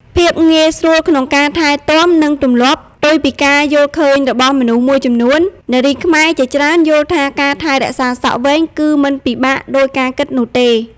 ភាពងាយស្រួលក្នុងការថែទាំ និងទម្លាប់ ផ្ទុយពីការយល់ឃើញរបស់មនុស្សមួយចំនួន នារីខ្មែរជាច្រើនយល់ថាការថែរក្សាសក់វែងគឺមិនពិបាកដូចការគិតនោះទេ។